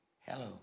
Hello